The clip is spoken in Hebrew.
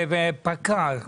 זה פקע.